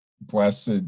Blessed